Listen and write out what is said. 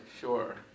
sure